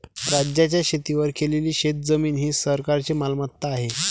राज्याच्या शेतीवर केलेली शेतजमीन ही सरकारची मालमत्ता आहे